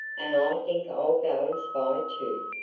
and i think i'll go and spy, too.